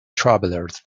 travelers